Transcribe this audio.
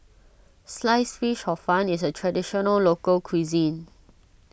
Sliced Fish Hor Fun is a Traditional Local Cuisine